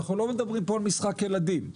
לא מדברים פה על משחק ילדים.